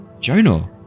jonah